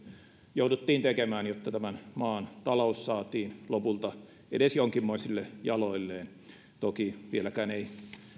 jouduttiin tekemään jotta tämän maan talous saatiin lopulta edes jonkinmoisesti jaloilleen toki vieläkään ei